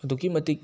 ꯑꯗꯨꯛꯀꯤ ꯃꯇꯤꯛ